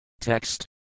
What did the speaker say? Text